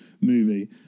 movie